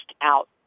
out